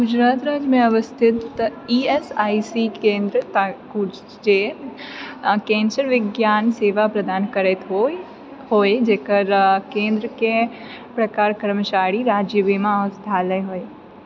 गुजरात राज्यमे अवस्थित E S I C केंद्र ताकू जे कैंसर विज्ञान सेवा प्रदान करैत हो जकर केंद्रके प्रकार कर्मचारी राज्य बीमा औषधालय होय